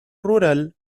rural